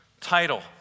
title